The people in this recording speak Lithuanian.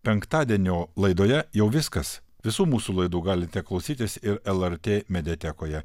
penktadienio laidoje jau viskas visų mūsų laidų galite klausytis ir lrt mediatekoje